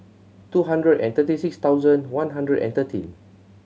two hundred and thirty six thousand one hundred and thirteen